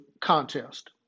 contest